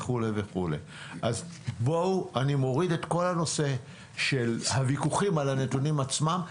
אני מוריד את כל הנושא של הוויכוחים על הנתונים עצמם.